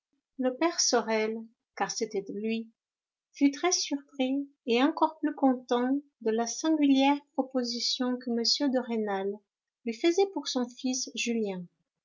le père sorel car c'était lui fut très surpris et encore plus content de la singulière proposition que m de rênal lui faisait pour son fils julien